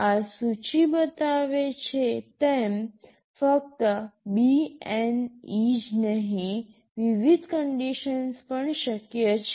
આ સૂચિ બતાવે છે તેમ ફક્ત BNE જ નહીં વિવિધ કન્ડિશન્સ પણ શક્ય છે